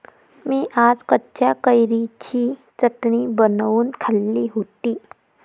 मी आज कच्च्या कैरीची चटणी बनवून खाल्ली होती